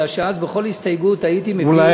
כי אז בכל הסתייגות הייתי מביא,